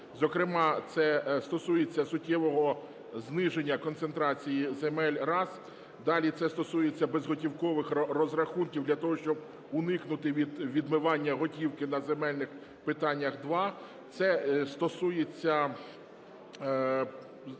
Зокрема, це стосується суттєвого зниження концентрації земель – раз. Далі. Це стосується безготівкових розрахунків для того, щоб уникнути відмивання готівки на земельних питаннях – два. Це стосується